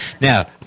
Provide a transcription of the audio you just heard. Now